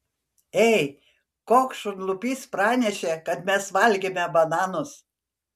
ei koks šunlupys pranešė kad mes valgėme bananus